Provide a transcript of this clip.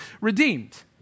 redeemed